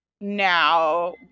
now